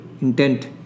intent